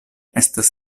estas